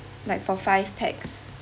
like for five pax